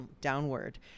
downward